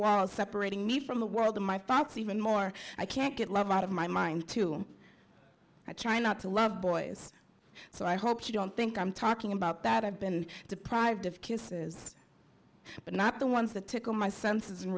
while separating me from the world in my fights even more i can't get love out of my mind to i try not to love boys so i hope you don't think i'm talking about that i've been deprived of kisses but not the ones that tickle my senses and